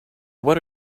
what